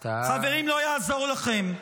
חברים, לא יעזור לכם,